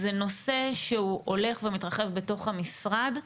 זה נושא שהוא הולך ומתרחב בתוך המשרד,